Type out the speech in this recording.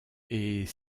est